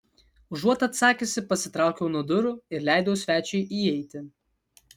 užuot atsakiusi pasitraukiau nuo durų ir leidau svečiui įeiti